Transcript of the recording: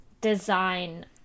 design